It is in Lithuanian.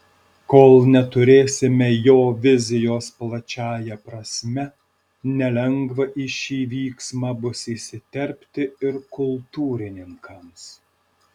kol neturėsime jo vizijos plačiąja prasme nelengva į šį vyksmą bus įsiterpti ir kultūrininkams